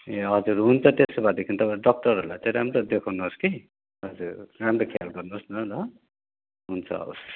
ए हजुर हुन्छ त्यसो भएदेखि तपाईँ डक्टरहरूलाई चाहिँ राम्रो देखाउनुहोस् कि हजुर राम्रो ख्याल गर्नुहोस् न ल हुन्छ हवस्